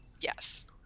Yes